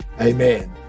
Amen